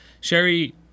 Sherry